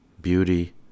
beauty